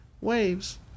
waves